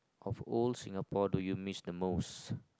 of old Singapore do you miss the most